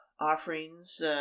offerings